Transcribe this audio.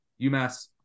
UMass